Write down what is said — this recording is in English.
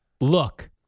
look